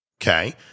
okay